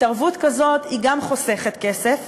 התערבות כזאת גם חוסכת כסף,